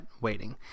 waiting